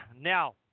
now